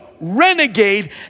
renegade